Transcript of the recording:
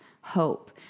hope